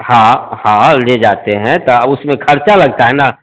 हाँ हाँ ले जातें हैं त उसमें खर्चा लगता है ना